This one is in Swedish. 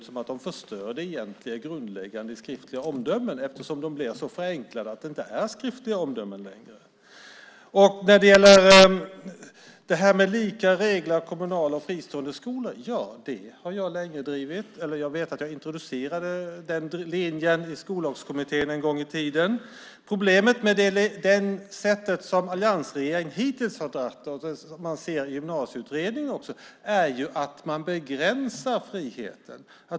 De menar att de förstör de egentliga grundläggande skriftliga omdömena eftersom de blir så förenklade att det inte längre är skriftliga omdömen. Jag har länge drivit frågan om lika regler för kommunala och fristående skolor. Jag vet att jag introducerade den linjen i Skollagskommittén en gång i tiden. Problemet med det synsätt som alliansregeringen hittills har haft och som även Gymnasieutredningen har är att man begränsar friheten.